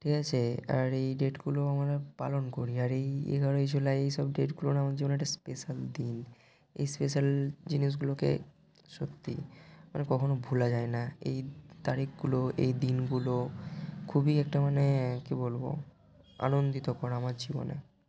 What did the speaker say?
ঠিক আছে আর এই ডেটগুলো মানে পালন করি আর এই এগারোই জুলাই এই সব ডেটগুলোন আমার জীবনে একটা স্পেশাল দিন এই স্পেশাল জিনিসগুলোকে সত্যি মানে কখনও ভোলা যায় না এই তারিখগুলো এই দিনগুলো খুবই একটা মানে কী বলব আনন্দিত করে আমার জীবনে